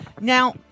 Now